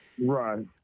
Right